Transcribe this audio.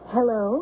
Hello